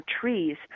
trees